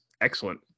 excellent